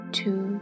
two